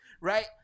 right